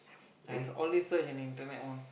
I've all these search in internet one